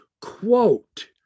quote